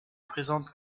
présente